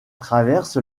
traverse